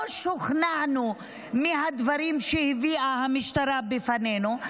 לא שוכנענו מהדברים שהביאה המשטרה בפנינו.